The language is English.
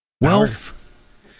Wealth